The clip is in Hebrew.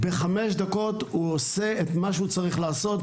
בחמש דקות הוא עושה את מה שהוא צריך לעשות,